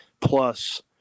plus